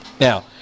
Now